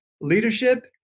Leadership